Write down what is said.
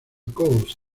coast